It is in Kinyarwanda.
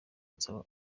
nsaba